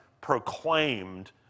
proclaimed